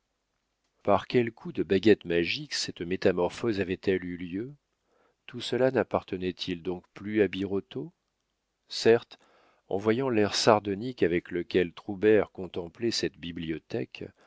par quel coup de baguette magique cette métamorphose avait-elle eu lieu tout cela nappartenait il donc plus à birotteau certes en voyant l'air sardonique avec lequel troubert contemplait cette bibliothèque